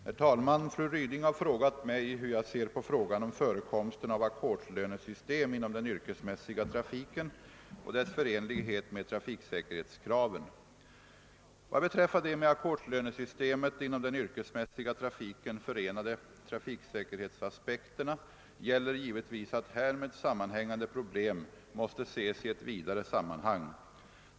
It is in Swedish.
Herr talman! Fru Ryding har frågat mig hur jag ser på frågan om förekomsten av ackordslönesystem inom den yrkesmässiga trafiken och dess förenlighet med trafiksäkerhetskraven. Vad beträffar de med ackordslönesystemet inom den yrkesmässiga trafiken förenade trafiksäkerhetsaspekterna gäller givetvis att härmed sammanhängande problem måste ses i ett vidare sammanhang.